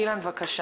אילן, בבקשה.